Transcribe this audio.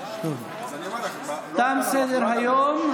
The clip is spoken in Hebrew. תם סדר-היום.